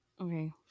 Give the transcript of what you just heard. okay